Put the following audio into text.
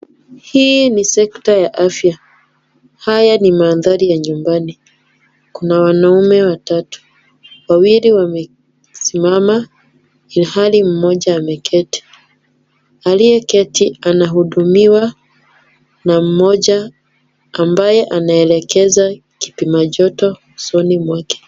Hii ni sekta ya afya, haya ni mandhari ya nyumbani, Kuna wanaume watatu wawili wamesimama ilhali mmoja ameketi, aliyeketi anahudumiwa na mmoja ambaye anaelekeza kupima joto usoni mwake.